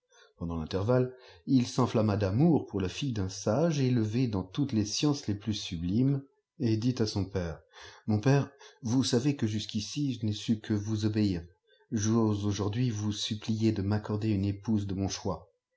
pendant l'intervalle il s'enflamma d'amour pour la fille d'un sage élevée dans toutes les sciences les plus sublimes et dit à son père mon père vous savez que jusqu'ici je n'ai su que f vous obéir j'ose aujourd'hui vous supplier de m'accorder une épouse de mon chojx